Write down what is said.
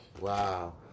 Wow